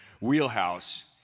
wheelhouse